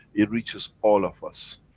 it reaches all of us.